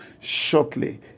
shortly